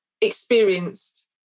experienced